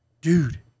Dude